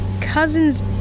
cousin's